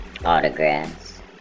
autographs